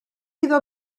iddo